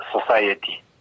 society